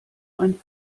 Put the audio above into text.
ein